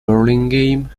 burlingame